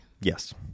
Yes